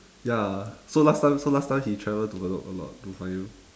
ya so last time so last time he travel to bedok a lot to find you